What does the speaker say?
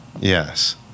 Yes